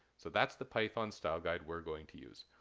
so that's the python style guide we're going to use.